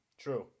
True